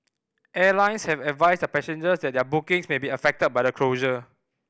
airlines have advised their passengers that their bookings may be affected by the closure